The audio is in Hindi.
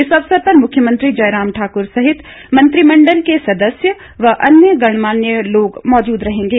इस अवसर पर मुख्यमंत्री जयराम ठाकुर सहित मंत्रिमंडल के सदस्य व अन्य गणमान्य लोग मौजूद रहेंगे